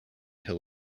hill